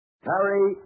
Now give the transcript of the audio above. Harry